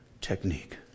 technique